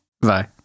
Bye